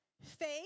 Faith